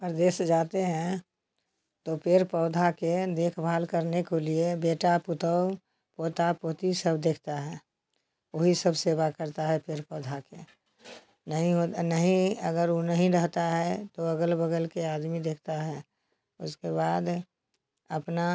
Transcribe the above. प्रदेश जाते हैं तो पेड़ पौधा के देखभाल करने को लिए बेटा पतोह पोता पोती सब देखता है वही सब सेवा करता है पेड़ पौधा के नहीं नहीं अगर ऊ नहीं रहता है तो अगल बगल के आदमी देखता है उसके बाद अपना